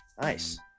Nice